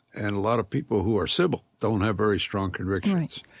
and a lot of people who are civil don't have very strong convictions,